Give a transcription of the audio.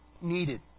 needed